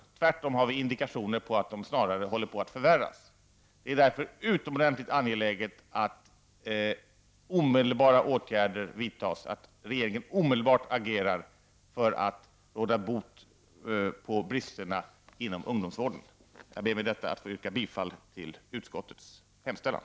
Det finns tvärtom indikationer på att det snarare håller på att förvärras. Vi anser det därför oerhört angeläget att omedelbara åtgärder vidtas och att regeringen omedelbart agerar för att råda bot på bristerna inom ungdomsvården. Jag ber med detta att få yrka bifall till utskottets hemställan.